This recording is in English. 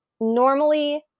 normally